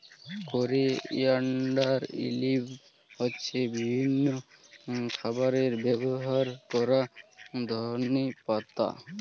coriander leaves হচ্ছে বিভিন্ন খাবারে ব্যবহার করা ধনেপাতা